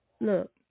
look